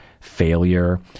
failure